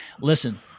listen